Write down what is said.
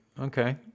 okay